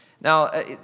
Now